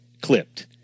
Clipped